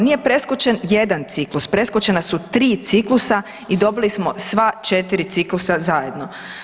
Nije preskočen jedna ciklus preskočena su 3 ciklusa i dobili smo sva 4 ciklusa zajedno.